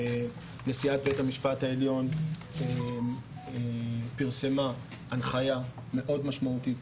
נשיאת בית המשפט העליון פרסמה הנחייה מאוד משמעותית